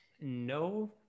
No